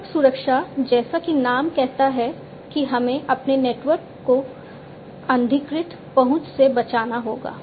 network सुरक्षा जैसा कि नाम कहता है कि हमें अपने नेटवर्क को अनधिकृत पहुंच से बचाना होगा